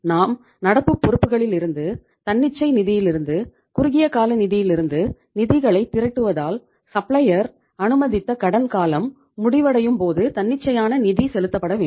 நாம் நடப்பு பொறுப்புகளிலிருந்து தன்னிச்சை நிதியிலிருந்து குறுகிய கால நிதியிலிருந்து நிதிகளை திரட்டுவதால் சப்ளையர் அனுமதித்த கடன் காலம் முடிவடையும் போது தன்னிச்சையான நிதி செலுத்தப்பட வேண்டும்